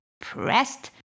pressed